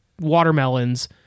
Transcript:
watermelons